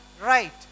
right